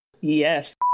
yes